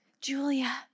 julia